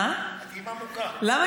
למה אימא מוכה?